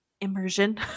immersion